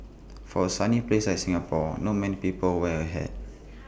for A sunny place like Singapore not many people wear A hat